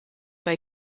bei